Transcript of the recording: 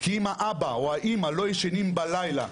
כי אם האבא או האמא לא ישנים בלילה,